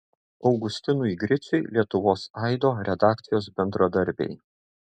augustinui griciui lietuvos aido redakcijos bendradarbiai